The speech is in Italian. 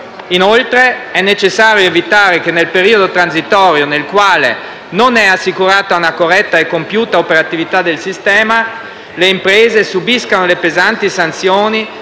Inoltre è necessario evitare che nel periodo transitorio, nel quale non è assicurata una corretta e compiuta operatività del sistema, le imprese subiscano pesanti sanzioni